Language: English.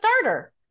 starter